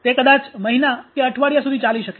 તે કદાચ મહિના કે અઠવાડિયા સુધી ચાલી શકે